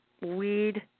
weed